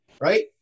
right